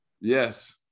Yes